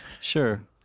Sure